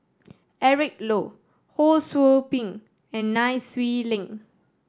Eric Low Ho Sou Ping and Nai Swee Leng